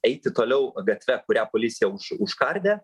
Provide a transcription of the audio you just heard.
eiti toliau gatve kurią policija už užkardė